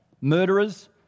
Murderers